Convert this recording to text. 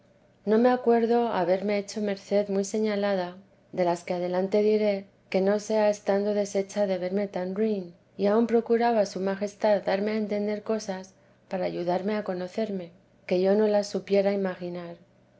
no me acuerdo haberme hecho merced muy señalada de las que adelante diré que no sea estando deshecha de verme tan ruin y aun procuraba su majestad darme a entender cosas para ayudarme a conocerme que yo no las supiera imaginar